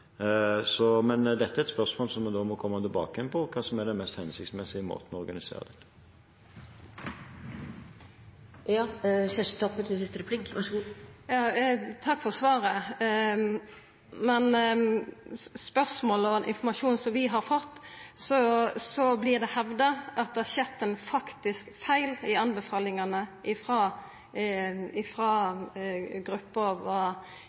Men dette er et spørsmål som vi da må komme tilbake til – hva som er den mest hensiktsmessige måten å organisere dette på. Takk for svaret, men spørsmålet var om at i den informasjonen vi har fått, vert det hevda at det har skjedd ein faktisk feil i anbefalingane frå gruppa